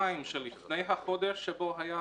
לפני שהן